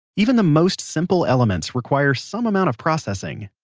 even the most simple elements require some amount of processing